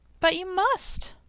but you must!